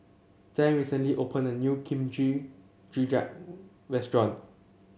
Zain recently opened a new Kimchi Jjigae Restaurant